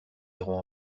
iront